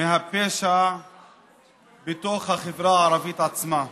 מהפשע בתוך החברה הערבית עצמה.